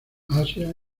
asia